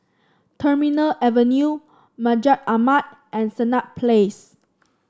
Terminal Avenue Masjid Ahmad and Senett Place